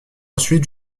ensuite